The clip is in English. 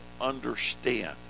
understand